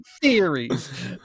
theories